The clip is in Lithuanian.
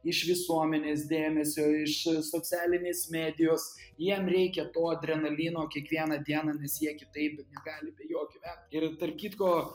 iš visuomenės dėmesio iš socialinės medijos jiem reikia to adrenalino kiekvieną dieną ne jie kitaip negali be jo gyvent ir tarp kitko